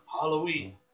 Halloween